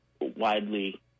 widely